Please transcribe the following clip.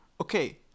okay